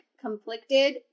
conflicted